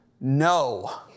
No